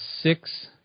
six –